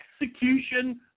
execution